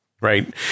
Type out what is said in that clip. right